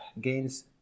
gains